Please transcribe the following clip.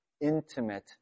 intimate